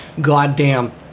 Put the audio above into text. goddamn